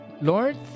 Lord